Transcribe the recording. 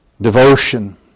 devotion